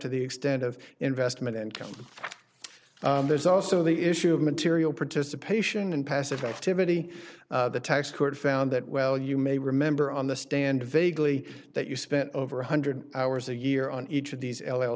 to the extent of investment income there's also the issue of material participation and passive activity the tax court found that well you may remember on the stand vaguely that you spent over one hundred hours a year on each of these l